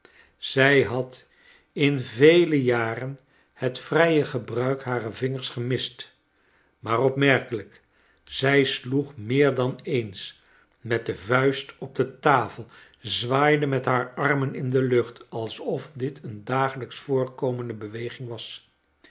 zij had in vele jaren het vrije gebruik harer vingers gemist maar opmerkeiijk zij sloeg meer dan eens met de vuist op de tafel zwaaide met haar armen in de lucht alsof dit een dagelijks voorkomende beweging was